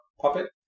puppet